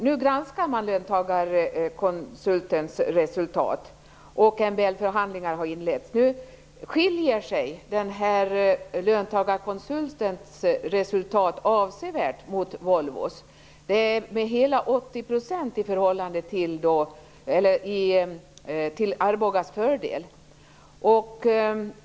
Nu granskar man detta, och MBL-förhandlingar har inletts. Nu skiljer sig löntagarkonsultens resultat avsevärt mot Volvos, med hela 80 % till Arbogas fördel.